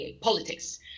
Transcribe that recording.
politics